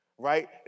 Right